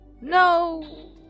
No